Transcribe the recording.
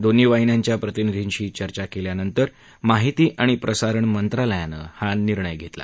दोन्ही वाहिन्यांच्या प्रतिनिधींशी चर्चा केल्यानंतर माहिती आणि प्रसारण मंत्रालयानं हा निर्णय घेतला